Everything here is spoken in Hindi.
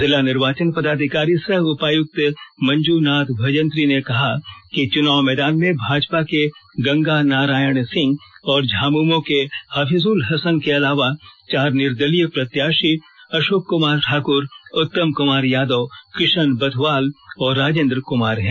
जिला निर्वाचन पदाधिकारी सह उपायुक्त मंजूनाथ भंजंत्री ने बताया कि चुनाव मैदान में भाजपा के गंगा नारायण सिंह और झामुमो के हफिज़ुल हसन के अलावा चार निर्दलीय प्रत्याशी अशोक कुमार ठाकुर उत्तम कुमार यादव किशन बथवाल और राजेन्द्र कुमार है